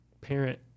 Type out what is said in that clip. parent